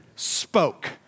spoke